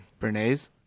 Bernays